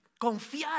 confiar